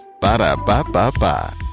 Ba-da-ba-ba-ba